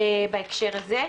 בהקשר הזה.